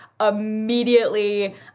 Immediately